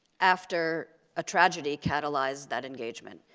after a tragedy catalyzed that engagement,